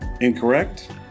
incorrect